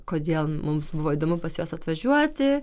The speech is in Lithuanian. kodėl mums buvo įdomu pas juos atvažiuoti